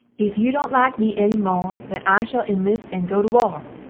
if you dont like me enny more, then i shall inlist and go to war!